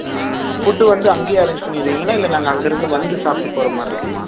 ம் ஃபுட்டு வந்து அங்கேயே அரேஞ்ச் பண்ணிடுவீங்களா இல்லை நாங்கள் அங்கேயிருந்து வந்து சாப்பிட்டு போகிற மாதிரி இருக்குமா